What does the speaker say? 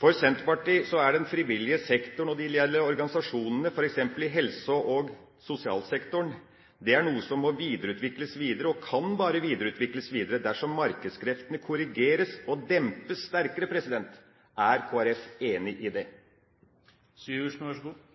For Senterpartiet er den frivillige sektoren og de ideelle organisasjonene f.eks. i helse- og sosialsektoren noe som må videreutvikles, og som bare kan videreutvikles dersom markedskreftene korrigeres og dempes sterkere. Er Kristelig Folkeparti enig i